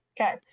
Okay